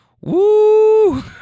woo